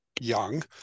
young